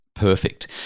Perfect